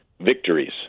victories